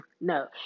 no